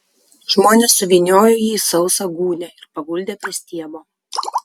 žmonės suvyniojo jį į sausą gūnią ir paguldė prie stiebo